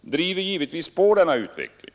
driver givetvis på denna utveckling.